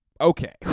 Okay